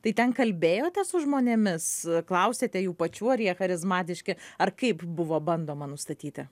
tai ten kalbėjote su žmonėmis klausėte jų pačių ar jie charizmatiški ar kaip buvo bandoma nustatyti